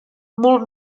molt